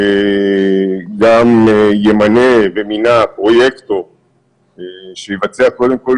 גם ימנה ומינה פרויקטור שיבצע קודם כול